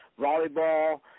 volleyball